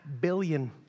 billion